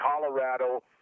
Colorado